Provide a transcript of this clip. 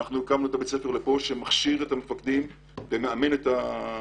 אנחנו הקמנו את בית הספר לפו"ש שמכשיר את המפקדים ומאמן את המפקדות.